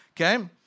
okay